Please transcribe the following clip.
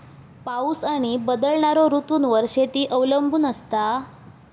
पाऊस आणि बदलणारो ऋतूंवर शेती अवलंबून असता